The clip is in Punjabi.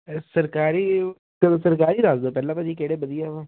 ਸਰਕਾਰੀ ਚਲੋ ਸਰਕਾਰੀ ਦੱਸ ਦਿਓ ਪਹਿਲਾਂ ਭਾਅ ਜੀ ਕਿਹੜੇ ਵਧੀਆ ਆ